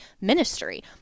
ministry